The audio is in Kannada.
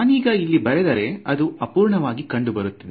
ನಾನೀಗ ಇಲ್ಲಿ ಬರೆದರೆ ಇದು ಅಪೂರ್ಣವಾಗಿ ಕಂಡು ಬರುತ್ತಿದೆ